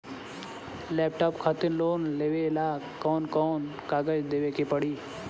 Laptop खातिर loan लेवे ला कौन कौन कागज देवे के पड़ी?